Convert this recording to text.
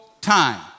time